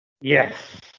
yes